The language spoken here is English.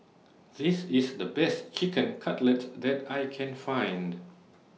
This IS The Best Chicken Cutlet that I Can Find